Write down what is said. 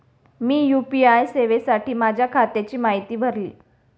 मी UPI सेवेसाठी माझ्या खात्याची माहिती भरली